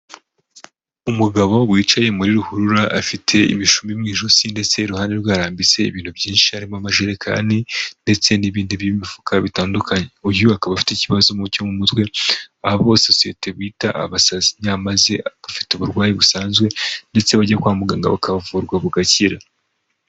Umugabo wicaye muri ruhurura, afite ibishumi mu ijosi, ndetse iruhande rwe harambitse ibintu byinshi harimo amajerekani ndetse n'ibindi by'imifuka bitandukanye, uyu akaba afite ikibazo cyo mu mutwe, abo sosiyete bita abasazi nyamaze bafite uburwayi busanzwe ndetse bajya kwa muganga bakavurwa bagakira.